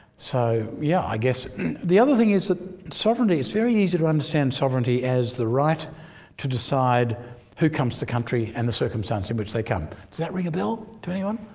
so, yeah, i guess the other thing is that sovereignty it's very easy to understand sovereignty as the right to decide who comes to the country and the circumstance in which they come. does that ring a bell to anyone?